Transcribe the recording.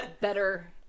better